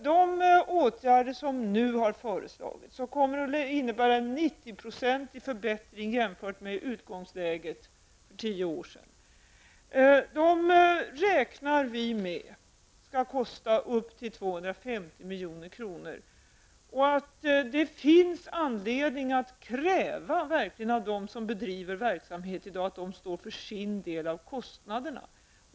De åtgärder som nu har föreslagits kommer att innebära en 90 procentig förbättring jämfört med utgångsläget för tio år sedan. Vi räknar med att det skall kosta uppåt 250 milj.kr. Det finns verkligen anledning att kräva av dem som bedriver verksamhet i dag att de står för sin del av kostnaderna.